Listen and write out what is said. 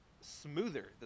smoother